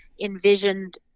envisioned